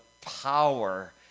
power